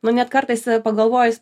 nu net kartais pagalvojus